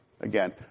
Again